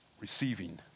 receiving